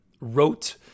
wrote